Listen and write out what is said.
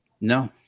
No